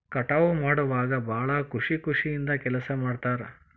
ಕಟಾವ ಮಾಡುವಾಗ ಭಾಳ ಖುಷಿ ಖುಷಿಯಿಂದ ಕೆಲಸಾ ಮಾಡ್ತಾರ